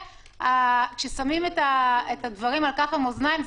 כששמים את הדברים על כף המאזניים,